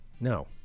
No